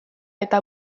eta